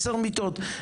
עשר מיטות,